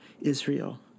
Israel